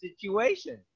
situation